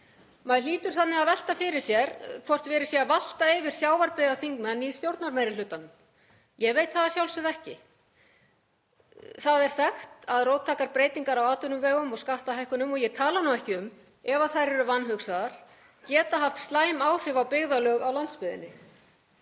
Maður hlýtur að velta fyrir sér hvort verið sé að valta yfir sjávarbyggðaþingmenn í stjórnarmeirihlutanum. Ég veit það að sjálfsögðu ekki. Það er þekkt að róttækar breytingar á atvinnuvegum og skattahækkanir, ég tala nú ekki um ef þær eru vanhugsaðar, geta haft slæm áhrif á byggðarlög á landsbyggðinni.